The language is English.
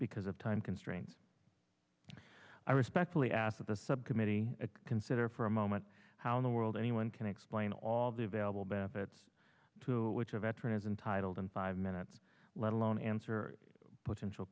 because of time constraints i respectfully ask the subcommittee to consider for a moment how in the world anyone can explain all the available benefits to which a veteran is entitled in five minutes let alone answer potential